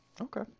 Okay